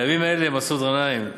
בימים אלה, מסעוד גנאים,